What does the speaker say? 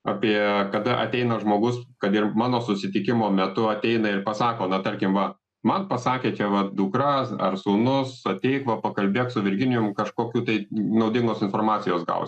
apie kada ateina žmogus kad ir mano susitikimo metu ateina ir pasako na tarkim va man pasakė čia vat dukra ar sūnus ateik va pakalbėk su virginijum kažkokiu tai naudingos informacijos gaus